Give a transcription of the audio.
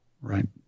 Right